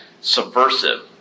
subversive